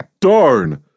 Darn